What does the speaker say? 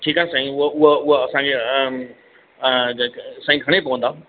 ठीकु आहे साईं उअ उअ उअ असांजे अ साईं घणे पवंदा